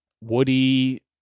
woody